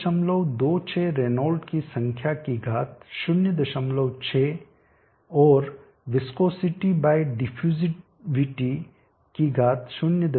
026 Reynold की संख्या की घात 06 और विस्कोसिटी बाय डिफ्यूजिविटी υδ की घात 03